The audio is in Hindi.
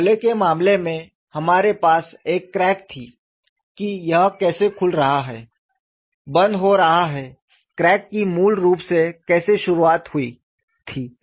पहले के मामले में हमारे पास एक क्रैक थी कि यह कैसे खुल रहा है बंद हो रहा है क्रैक की मूल रूप से कैसे शरुआत हुई थी